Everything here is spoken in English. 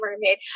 mermaid